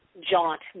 jaunt